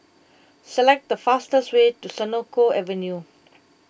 select the fastest way to Senoko Avenue